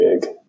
big